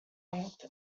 length